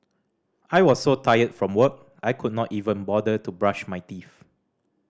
I was so tired from work I could not even bother to brush my teeth